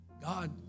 God